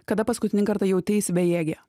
kada paskutinį kartą jauteisi bejėgė